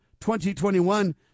2021